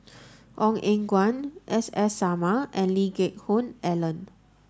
Ong Eng Guan S S Sarma and Lee Geck Hoon Ellen